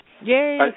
Yay